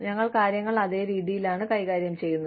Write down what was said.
ഞങ്ങൾ കാര്യങ്ങളെ അതേ രീതിയിലാണ് കൈകാര്യം ചെയ്യുന്നത്